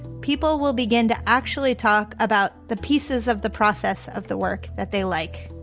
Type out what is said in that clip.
people will begin to actually talk about the pieces of the process of the work that they like.